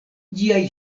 ĝiaj